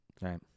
Right